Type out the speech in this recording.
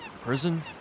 prison